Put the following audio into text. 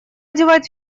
девать